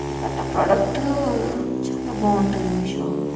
గత ప్రోడక్ట్ చాలా బాగుంటుంది మీషో